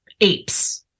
apes